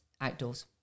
outdoors